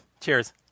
Cheers